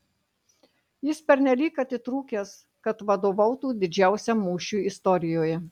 jis pernelyg atitrūkęs kad vadovautų didžiausiam mūšiui istorijoje